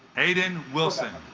aiden wilson